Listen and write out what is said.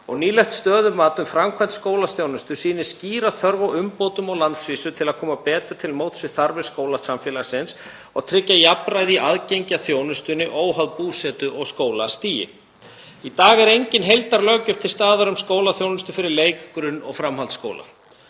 og nýlegt stöðumat um framkvæmd skólaþjónustu sýnir skýra þörf á umbótum á landsvísu til að koma betur til móts við þarfir skólasamfélagsins og tryggja jafnræði í aðgengi að þjónustunni óháð búsetu og skólastigi. Í dag er engin heildarlöggjöf til staðar um skólaþjónustu fyrir leik-, grunn- og framhaldsskóla